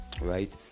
right